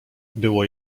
było